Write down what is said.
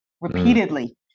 repeatedly